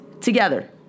together